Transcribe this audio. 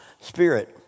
spirit